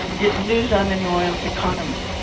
it lives on an oil economy,